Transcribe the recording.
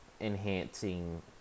enhancing